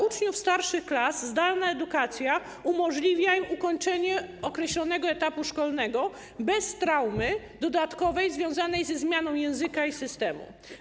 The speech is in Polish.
Uczniom starszych klas zdalna edukacja umożliwia ukończenie określonego etapu szkolnego bez dodatkowej traumy związanej ze zmianą języka i systemu.